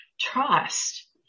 trust